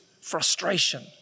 frustration